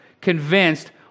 convinced